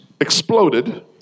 exploded